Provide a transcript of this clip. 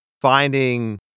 finding